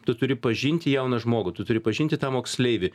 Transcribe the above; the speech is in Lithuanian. tu turi pažinti jauną žmogų tu turi pažinti tą moksleivį